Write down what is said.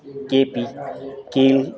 KP Gill